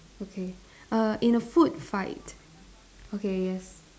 okay err in a food fight okay yes